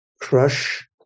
crush